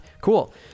Cool